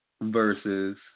versus